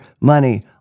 money